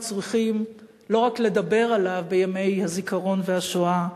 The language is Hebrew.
צריכים לא רק לדבר עליו בימי הזיכרון והשואה